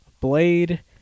Blade